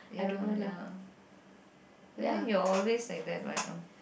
ya ya I think you're always like that what no